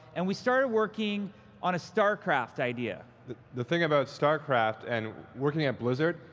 and we started working on a starcraft idea. the the thing about starcraft and working at blizzard,